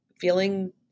feeling